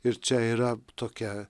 ir čia yra tokia